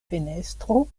fenestro